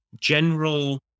general